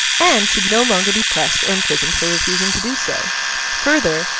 and should no longer be pressed or imprisoned for refusing to do so further,